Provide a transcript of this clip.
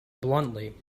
bluntly